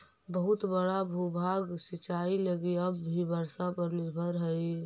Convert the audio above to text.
बहुत बड़ा भूभाग सिंचाई लगी अब भी वर्षा पर निर्भर हई